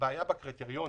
בעיה בקריטריונים